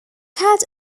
had